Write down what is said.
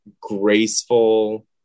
graceful